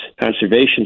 Conservation